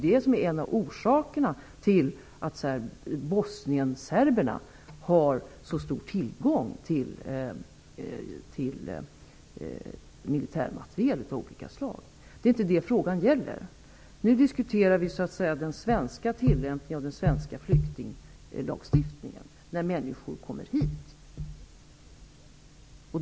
Det är en av orsakerna till att bosnienserberna har så stor tillgång till militärmateriel av olika slag. Men det är inte det frågan gäller. Nu diskuterar vi tillämpningen av den svenska flyktinglagstiftningen när människor kommer hit.